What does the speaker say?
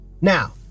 Now